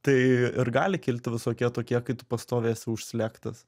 tai ir gali kilti visokie tokie kai tu pastoviai esi užslėgtas